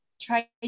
try